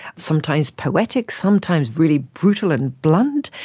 sometimes poetic, sometimes really brutal and blunt,